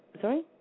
Sorry